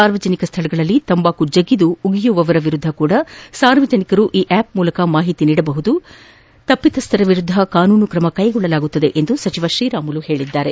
ಸಾರ್ವಜನಿಕ ಸ್ಥಳಗಳಲ್ಲಿ ತಂಬಾಕು ಜಗಿದು ಉಗುಳುವವರ ವಿರುದ್ದವೂ ಸಹ ಸಾರ್ವಜನಿಕರು ಈ ಆಪ್ ಮೂಲಕ ಮಾಹಿತಿ ನೀಡಿದಲ್ಲಿ ತಪ್ಪಿತಸ್ಥರ ವಿರುದ್ದ ಕಾನೂನು ಕ್ರಮ ಕೈಗೊಳ್ಳಲಾಗುವುದೆಂದು ಸಚಿವ ಶ್ರೀರಾಮುಲು ತಿಳಿಸಿದರು